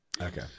Okay